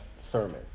sermon